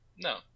No